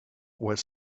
was